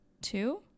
Two